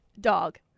dog